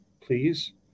please